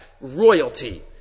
royalty